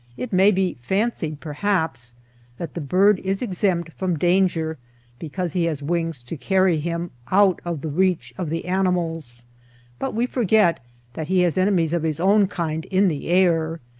it may be fancied perhaps that the bird is exempt from danger because he has wings to carry him out of the reach of the animals but we forget that he has enemies of his own kind in the air.